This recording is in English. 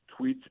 tweets